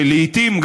שלעיתים,